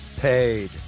paid